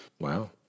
wow